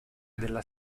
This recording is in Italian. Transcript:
della